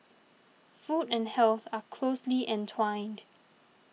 food and health are closely entwined